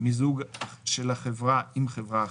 מיזוג של החברה עם חברה אחרת,